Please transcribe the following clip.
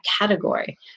category